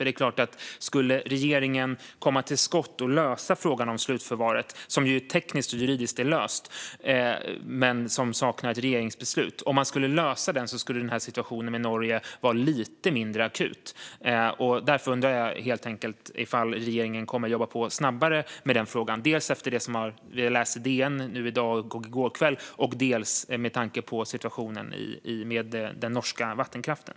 Det är klart att om regeringen skulle komma till skott och lösa frågan om slutförvaret, som ju tekniskt och juridiskt är löst men saknar ett regeringsbeslut, vore situationen med Norge lite mindre akut. Därför undrar jag helt enkelt ifall regeringen kommer att jobba på snabbare med den frågan, dels efter vad vi kunnat läsa i DN i går kväll och i dag, dels med tanke på situationen med den norska vattenkraften.